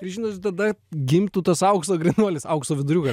žinot tada gimtų tas aukso grynuolis aukso viduriukas